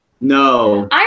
No